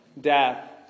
death